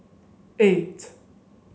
eight